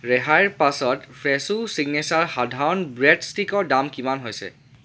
ৰেহাইৰ পাছত Fresho signature সাধাৰণ ব্ৰেড ষ্টিকৰ দাম কিমান হৈছে